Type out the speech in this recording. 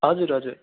हजुर हजुर